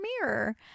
mirror